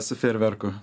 su fejerverku